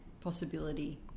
possibility